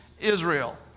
Israel